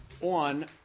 on